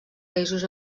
països